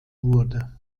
wurde